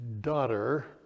daughter